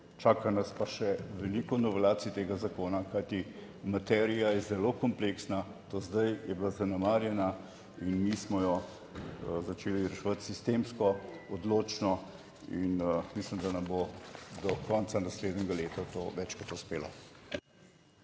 Čaka nas pa še veliko novelacij tega zakona, kajti materija je zelo kompleksna. Do zdaj je bila zanemarjena in mi smo jo začeli reševati sistemsko, odločno in mislim, da nam bo do konca naslednjega leta to več kot uspelo.